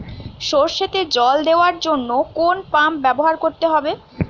সরষেতে জল দেওয়ার জন্য কোন পাম্প ব্যবহার করতে হবে?